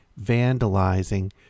vandalizing